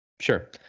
sure